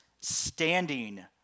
standing